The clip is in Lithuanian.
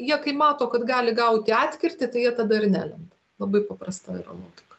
jie kai mato kad gali gauti atkirtį tai jie tada ir nelenda labai paprasta yra logika